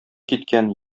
киткән